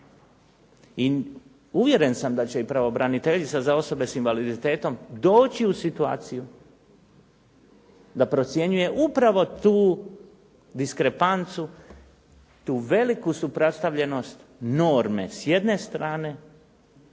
I uvjeren sam da će i pravobraniteljica za osobe s invaliditetom doći u situaciju da procjenjuje upravo tu diskrepancu, tu veliku suprotstavljenost norme s jedne strane